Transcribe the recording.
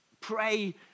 pray